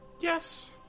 Yes